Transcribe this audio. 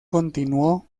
continuó